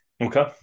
Okay